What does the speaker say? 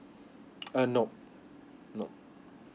uh nope nope